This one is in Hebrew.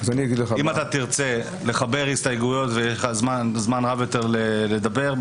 אם אתה תרצה לחבר הסתייגויות שיהיה לך זמן רב יותר לדבר,